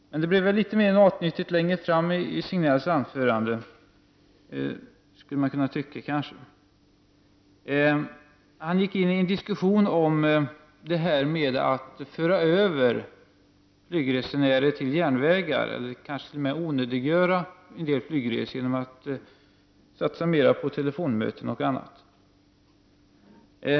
Det blev litet mera matnyttigt längre fram i Signells anförande, skulle man kanske kunna tycka. Han gick in på en diskussion om att man kan föra över flygresenärer till järnväg eller kanske t.o.m. onödiggöra en del flygresor genom att satsa mer på telefonmöten och annat.